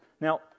Now